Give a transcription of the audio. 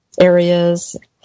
areas